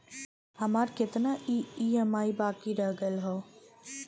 हमार कितना ई ई.एम.आई बाकी रह गइल हौ?